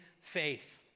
faith